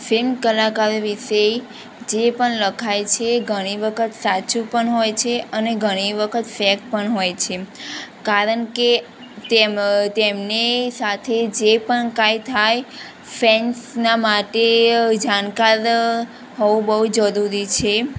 film કલાકાર વિષે જે પણ લખાય છે એ ઘણી વખત સાચું પણ હોય છે અને અને ઘણી વખત ફેક પણ હોય છે એમ કારણ કે તેમની સાથે જે પણ કાંઈ થાય ફેન્સના માટે જાણકાર હોવું બહુ જરૂરી છે